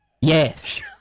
Yes